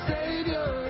Savior